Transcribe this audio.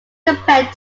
compared